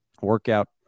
workout